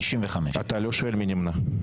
95. אתה לא שואל מי נמנע.